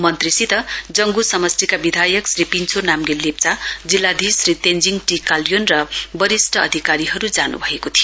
मन्त्रीसित जङ्ग् समष्टिका विधायक श्री पिञ्छो नाम्गेल लेप्चा जिल्लाधीश श्री तेञ्जिङ टी काल्योन र विरिष्ट अधिकारीहरू जान् भएको थियो